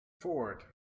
Ford